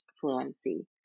fluency